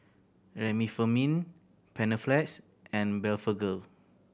Remifemin Panaflex and Blephagel